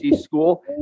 school